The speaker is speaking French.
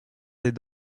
des